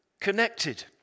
connected